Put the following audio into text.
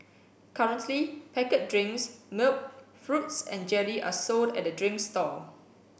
currently packet drinks milk fruits and jelly are sold at the drinks stall